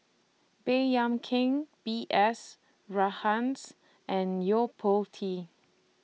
Baey Yam Keng B S Rajhans and Yo Po Tee